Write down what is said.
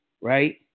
right